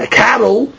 cattle